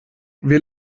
wir